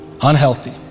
unhealthy